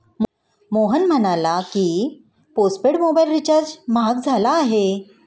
मोहन म्हणाला की, postpaid mobile recharge महाग झाला आहे